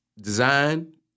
design